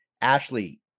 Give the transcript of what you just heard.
Ashley